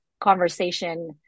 conversation